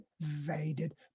invaded